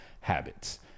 habits